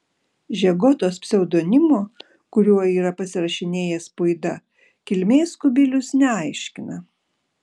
žegotos pseudonimo kuriuo yra pasirašinėjęs puida kilmės kubilius neaiškina